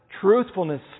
truthfulness